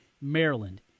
Maryland